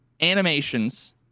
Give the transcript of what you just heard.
animations